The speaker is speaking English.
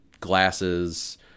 glasses